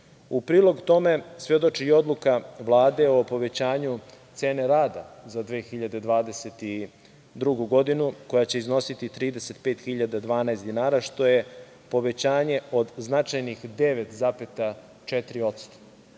prilog tome svedoči o Odluka Vlade o povećanju cene rada za 2022. godinu koja će iznositi 35.012. godina, što je povećanje od značajnih 9,4%.